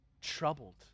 troubled